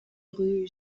rue